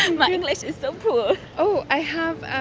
and my english is so poor oh, i have. ah